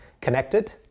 connected